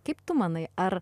kaip tu manai ar